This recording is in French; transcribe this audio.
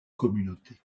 communauté